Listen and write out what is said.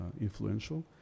influential